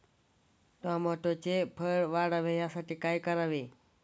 टोमॅटोचे फळ वाढावे यासाठी काय करावे?